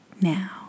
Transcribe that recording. now